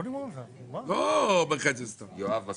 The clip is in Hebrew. פנייה של משרד הביטחון, פנייה מס' 15-006. שלום.